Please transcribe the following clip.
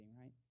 right